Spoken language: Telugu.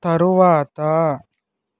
తరువాత